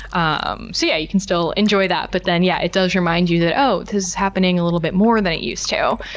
um so yeah, you can still enjoy that, but then yeah it does remind you that, oh, this is happening a little bit more than it used to.